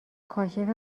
کاشف